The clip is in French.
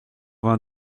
vingt